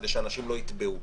כדי שאנשים לא יתבעו,